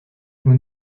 nous